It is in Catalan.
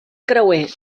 creuer